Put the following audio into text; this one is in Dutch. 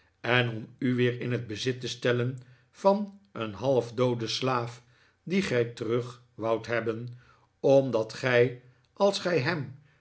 en om u weer in het bezit te stellen van een half dooden slaaf dien gij terug woudt hebben omdat gij als gij hem